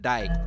Die